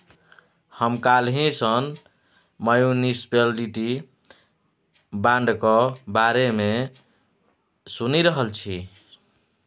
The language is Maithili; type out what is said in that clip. हम काल्हि सँ म्युनिसप्लिटी बांडक बारे मे सुनि रहल छी